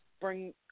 bring